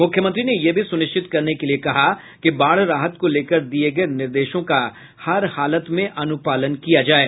मुख्यमंत्री ने यह भी सुनिश्चित करने कहा कि बाढ़ राहत को लेकर दिये गये निर्देशों का हर हालत में अनुपालन किया जाये